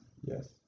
Yes